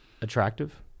attractive